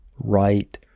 right